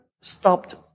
stopped